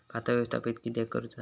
खाता व्यवस्थापित किद्यक करुचा?